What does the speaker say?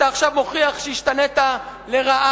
אתה עכשיו מוכיח שהשתנית לרעה.